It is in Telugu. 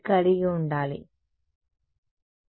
విద్యార్థి z అనేది